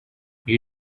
you